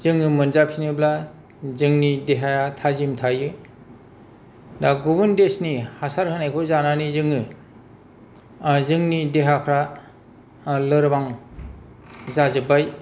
जोङो मोनजाफिनोब्ला जोंनि देहाया थाजिम थायो दा गुबुन देशनि हासार होनायखौ जानानै जोङो जोंनि देहाफोरा लोरबां जाजोब्बाय